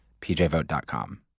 pjvote.com